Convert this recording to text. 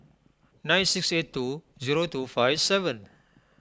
nine six eight two zero two five seven